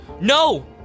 No